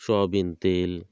soybean তেল